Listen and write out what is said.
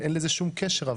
אין לזה שום קשר.